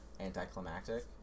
anticlimactic